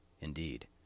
Indeed